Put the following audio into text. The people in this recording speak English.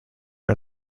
are